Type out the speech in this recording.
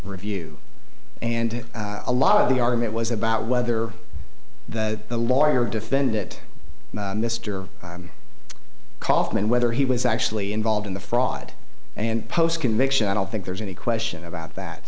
review and a lot of the argument was about whether the lawyer defend it mister kaufman whether he was actually involved in the fraud and post conviction i don't think there's any question about that